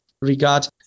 regard